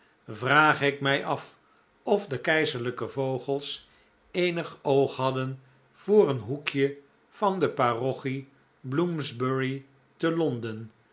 vraag ik mij af of de keizerlijke vogels eenig oog hadden voor een hoekje van de parochie bloomsbury te londen